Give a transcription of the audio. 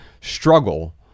struggle